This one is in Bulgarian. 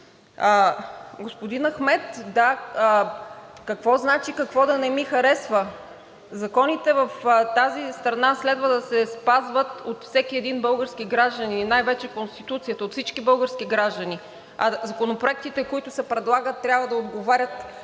Господин Ахмед, да – какво значи, какво да не ми харесва? Законите в тази страна следва да се спазват от всеки един български гражданин, най-вече Конституцията, от всички български граждани, а законопроектите, които се предлагат, трябва да отговарят